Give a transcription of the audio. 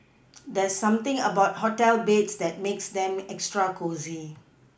there's something about hotel beds that makes them extra cosy